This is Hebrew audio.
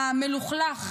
המלוכלך,